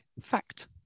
fact